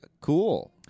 cool